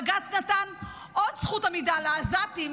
בג"ץ נתן עוד זכות עמידה לעזתים,